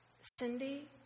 Cindy